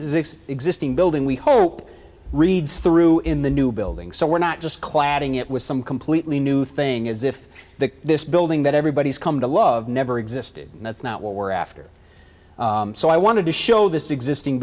six existing building we hope reads through in the new building so we're not just cladding it was some completely new thing as if that this building that everybody's come to love never existed and that's not what we're after so i wanted to show this existing